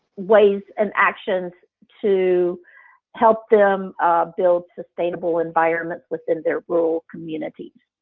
ways and actions to help them build sustainable environments within their rural community?